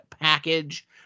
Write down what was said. package